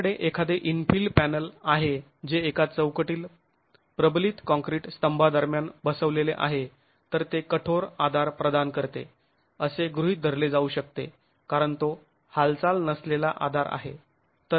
तुमच्याकडे एखादे infill panel आहे जे एका चौकटीत प्रबलित काँक्रीट स्तंभादरम्यान बसलेले आहे तर ते कठोर आधार प्रदान करते असे गृहीत धरले जाऊ शकते कारण तो हालचाल नसलेला आधार आहे